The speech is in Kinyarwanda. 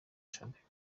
shampiona